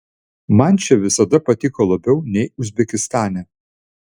man čia visada patiko labiau nei uzbekistane